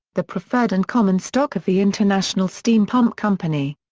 the preferred and common stock of the international steam pump company.